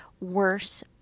worse